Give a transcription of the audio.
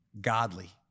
godly